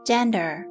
Gender